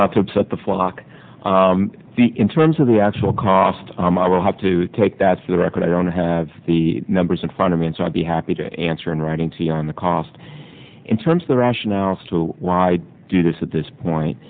not to upset the flock the in terms of the actual cost i will have to take that for the record i don't have the numbers in front of me and so i'd be happy to answer in writing on the cost in terms of the rationales to do this at this point